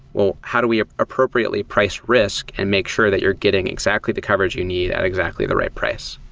well, how do we appropriately price risk and make sure that you're getting exactly the coverage you need at exactly the right price?